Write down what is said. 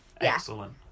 Excellent